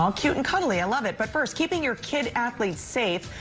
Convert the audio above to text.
um cute and cuddly. i love it. but first, keeping your kid athletes safe.